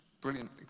brilliant